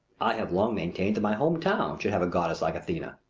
have long maintained that my home-town should have a goddess like athena.